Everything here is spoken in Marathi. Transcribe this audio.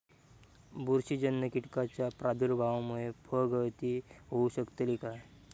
बुरशीजन्य कीटकाच्या प्रादुर्भावामूळे फळगळती होऊ शकतली काय?